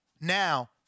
Now